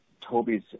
Toby's